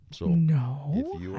No